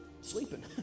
sleeping